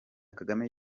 kagame